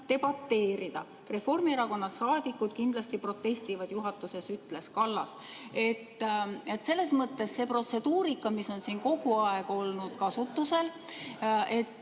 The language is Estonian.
debateerida. Reformierakonna saadikud kindlasti protestivad juhatuses," ütles Kallas." Selles mõttes see protseduurika, mis on siin kogu aeg olnud kasutusel,